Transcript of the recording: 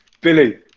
Billy